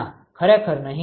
ના ખરેખર નહી